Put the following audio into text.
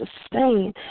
sustain